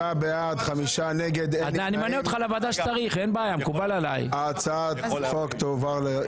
הצבעה בעד, 9 נגד, 5 נמנעים, אין ההצעה נתקבלה.